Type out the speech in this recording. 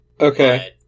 Okay